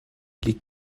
liegt